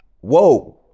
Whoa